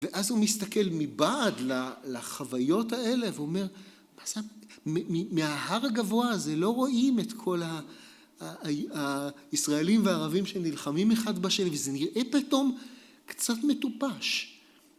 ואז הוא מסתכל מבעד לחוויות האלה, ואומר: מה זה... מההר הגבוה הזה לא רואים את כל הישראלים והערבים שנלחמים אחד בשני, וזה נראה פתאום קצת מטופש